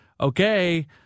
okay